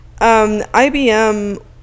IBM